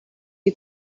you